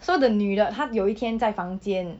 so the 女的她有一天在房间